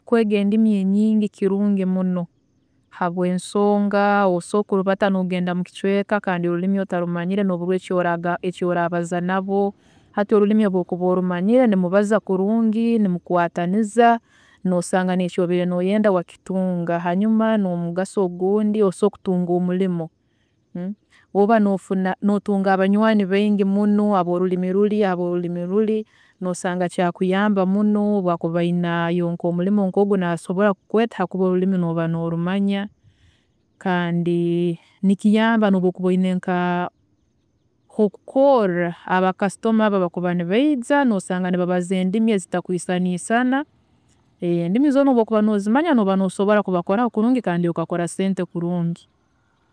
Kwega endimi enyingi kirungi muno habwensonga osobola kurubata nogenda mukicweeka kandi olulimi otarumanyire noburwa eki oraabaza nabo hati olurimi obu orkuba orumanyire nimubaza kurungi, nimukwaataniza, nosanga neki obeire noyenda wakitunga, hanyuma nomugaso ogundi nosobola kutunga omurimo oba nofuna abanywaani baingi muno aborurimi luri abolurimi ruli, nosanga kyakuyamba muno, obu akuba ayineyo nkomurimo nkogu, nasobola kukweta habwokuba orulimi noba norumanya, kandi nikiyamba nobu oyina nka ahu'okukoorra, ba kasitoma abo abakuba nibaija nosanga nibabaza endimi ezitakwiisana isana, endimi zoona obu okuba nozimanya, noba nosobola kubakoraho kurungi kandi okakora sente kurungi